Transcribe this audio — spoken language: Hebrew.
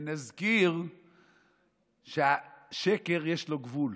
ונזכיר שהשקר יש לו גבול.